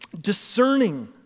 discerning